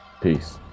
Peace